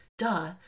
Duh